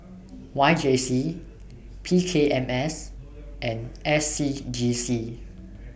Y J C P K M S and S C G C